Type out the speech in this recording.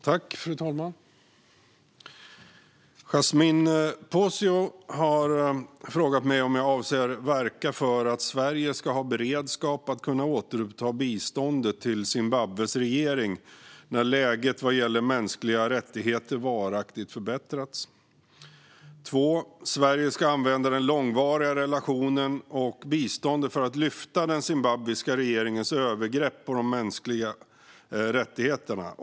Fru talman! Yasmine Posio har frågat mig om jag avser att verka för att Sverige ska ha beredskap att kunna återuppta biståndet till Zimbabwes regering när läget vad gäller mänskliga rättigheter varaktigt förbättrats Sverige ska använda den långvariga relationen och biståndet för att lyfta den zimbabwiska regeringens övergrepp på de mänskliga rättigheterna.